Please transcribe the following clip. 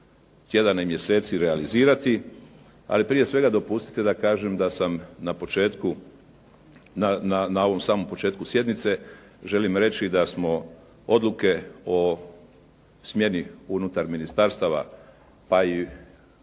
tjedana i mjeseci realizirati. Ali prije svega, dopustite da kažem da sam na početku, na ovom samom početku sjednice želim reći da smo odluke o smjeni unutar ministarstava pa i unutar